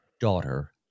daughter